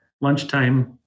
lunchtime